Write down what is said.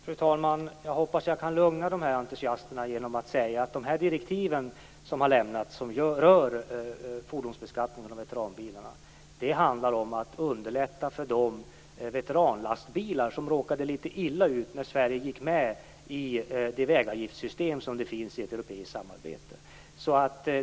Fru talman! Jag hoppas att jag kan lugna de här entusiasterna genom att säga att det när det gäller de direktiv som avlämnats och som rör fordonbeskattning för veteranbilar handlar om att underlätta för de veteranlastbilar som råkade litet illa ut när Sverige gick med i det vägavgiftssystem som finns i det europeiska samarbetet.